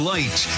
Light